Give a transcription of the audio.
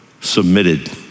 submitted